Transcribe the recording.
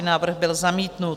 Návrh byl zamítnut.